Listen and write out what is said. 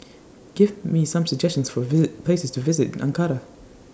Give Me Some suggestions For visit Places to visit in Ankara